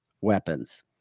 weapons